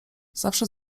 zawsze